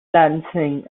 lansing